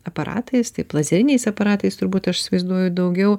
aparatais taip lazeriniais aparatais turbūt aš įsivaizduoju daugiau